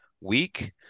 week